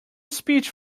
speech